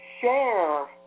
share